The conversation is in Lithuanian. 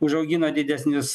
užaugino didesnius